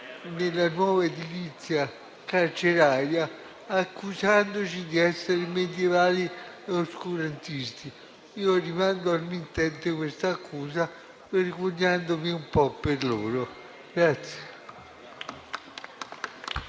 nella nuova edilizia carceraria, accusandoci di essere medievali e oscurantisti. Rimando al mittente questa accusa, vergognandomi un po' per lui.